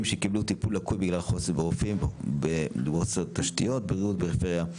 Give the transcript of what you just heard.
שקיבלו טיפול לקוי בגלל חוסר ברופאים וחוסר בתשתיות בריאות בפריפריה.